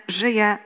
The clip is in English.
żyje